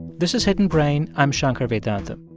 this is hidden brain. i'm shankar vedantam.